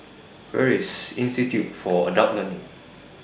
Where IS Institute For Adult Learning